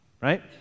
right